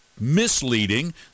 misleading